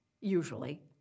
Usually